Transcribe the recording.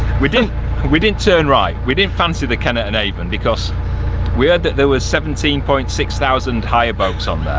we didn't we didn't turn right, we didn't fancy the kennet and avon because we heard that there was sixteen point six thousand hire boats on